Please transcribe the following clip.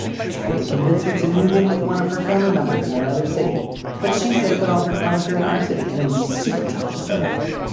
i've tried to convince her to move in with one of her family members in another city but she says that all her clients are in our city and it would be super tough to start over.